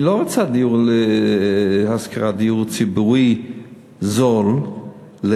היא לא רוצה דיור להשכרה, דיור ציבורי זול לחלשים,